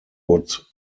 would